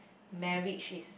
marriage is